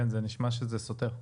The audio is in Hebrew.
כן, זה נשמע שזה סותר.